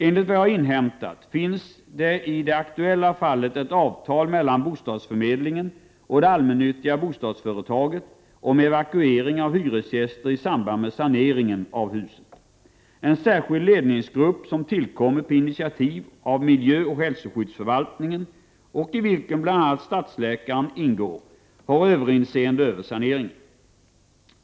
Enligt vad jag har inhämtat finns det i det aktuella fallet ett avtal mellan bostadsförmedlingen och det allmännyttiga bostadsföretaget om evakuering av hyresgäster i samband med saneringen av huset. En särskild ledningsgrupp, som tillkommit på initiativ av miljöoch hälsoskyddsförvaltningen och i vilken bl.a. stadsläkaren ingår, har överinseende över saneringen.